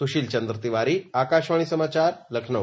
सुशील चन्द्र तिवारी आकाशवाणी समाचार लखनऊ